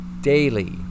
daily